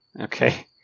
Okay